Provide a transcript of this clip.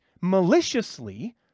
maliciously